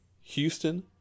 Houston